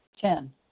Ten